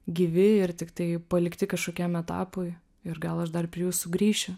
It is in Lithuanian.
gyvi ir tiktai palikti kažkokiam etapui ir gal aš dar jų sugrįšiu